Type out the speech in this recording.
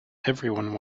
everyone